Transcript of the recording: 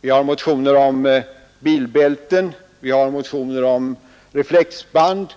Vi har motioner om bilbälten, reflexband